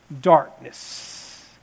Darkness